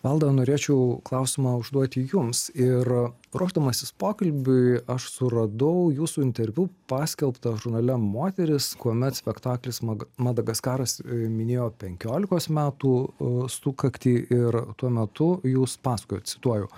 valda norėčiau klausimą užduoti jums ir ruošdamasis pokalbiui aš suradau jūsų interviu paskelbtą žurnale moteris kuomet spektaklis ma madagaskaras minėjo penkiolikos metų sukaktį ir tuo metu jūs pasakojot cituoju